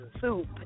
soup